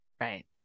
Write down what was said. Right